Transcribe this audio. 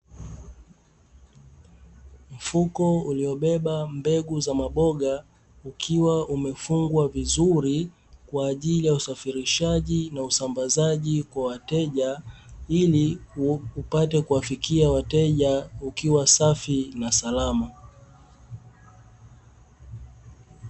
Mfuko uliobeba mbegu za maboga, ukiwa umefungwa vizuri kwa ajili ya usafirishaji na usambazaji kwa wateja ili upate kuwafikia wateja ukiwa safi na salama.